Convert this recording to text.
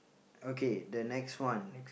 okay the next one